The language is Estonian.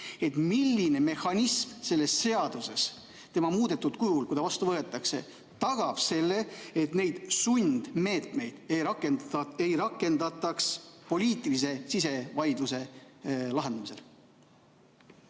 milline mehhanism selles muudetud seaduses, kui ta vastu võetakse, tagab selle, et neid sundmeetmeid ei rakendata poliitilise sisevaidluse lahendamisel?